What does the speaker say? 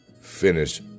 finish